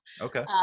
Okay